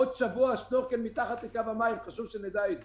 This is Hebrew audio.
עוד שבוע השנורקל מתחת לקו המים חשוב שנדע את זה,